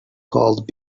called